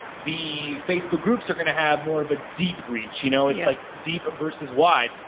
the facebook groups are gonna have more of a deep reach, you know, it's like deep versus wide.